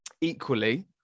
equally